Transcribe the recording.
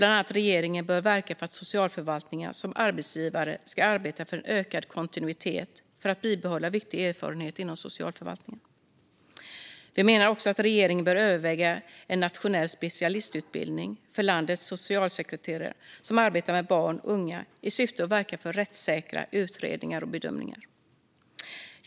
Bland annat bör regeringen verka för att socialförvaltningen som arbetsgivare ska arbeta för en ökad kontinuitet för att bibehålla viktig erfarenhet inom socialförvaltningen. Vi menar också att regeringen bör överväga en nationell specialistutbildning för landets socialsekreterare som arbetar med barn och unga i syfte att verka för rättssäkra utredningar och bedömningar.